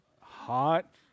Hot